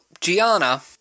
Gianna